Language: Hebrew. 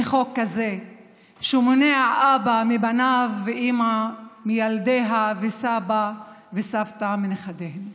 מחוק כזה שמונע אבא מבניו ואימא מילדיה וסבא וסבתא מנכדיהם.